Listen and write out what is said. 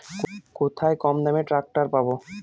কোথায় কমদামে ট্রাকটার পাব?